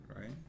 right